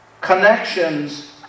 connections